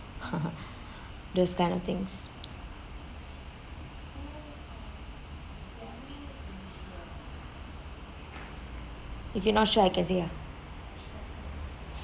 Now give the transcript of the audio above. those kind of things if you're not sure I can say ah